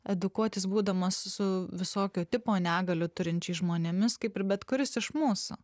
edukuotis būdamas su visokio tipo negalią turinčiais žmonėmis kaip ir bet kuris iš mūsų